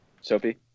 Sophie